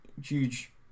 huge